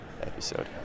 episode